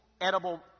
edible